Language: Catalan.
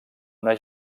una